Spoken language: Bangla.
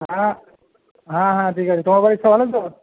হ্যাঁ হ্যাঁ হ্যাঁ ঠিক আছে তোমার বাড়ির সব ভালো তো